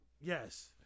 Yes